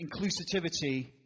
inclusivity